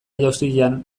jauzian